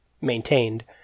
maintained